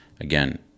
again